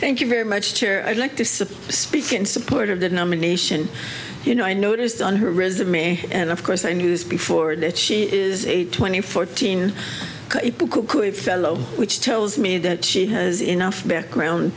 thank you very much i'd like to speak in support of that nomination you know i noticed on her resume and of course the news before that she is a twenty fourteen fellow which tells me that she has enough background